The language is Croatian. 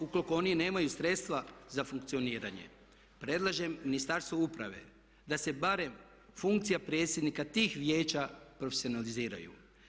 Ukoliko oni nemaju sredstva za funkcioniranje predlažem Ministarstvu uprave da se barem funkcija predsjednika tih vijeća profesionaliziraju.